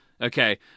Okay